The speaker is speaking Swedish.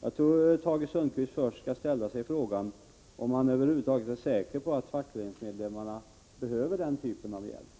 Jag tror att Tage Sundkvist först bör ställa sig frågan om han över huvud taget är säker på att fackföreningsmedlemmarna behöver den typen av hjälp.